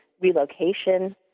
relocation